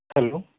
hello